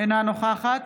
אינה נוכחת